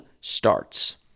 starts